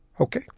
Okay